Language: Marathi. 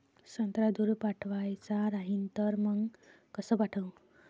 संत्रा दूर पाठवायचा राहिन तर मंग कस पाठवू?